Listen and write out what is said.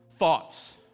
thoughts